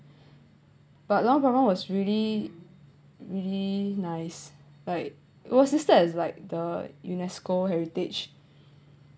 but luang prabang was really really nice like it was the state as like the UNESCO heritage